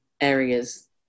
areas